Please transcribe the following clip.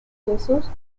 jesús